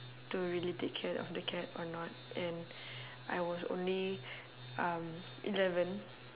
to really take care of the cat or not and I was only um eleven